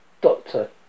Doctor